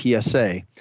psa